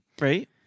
Right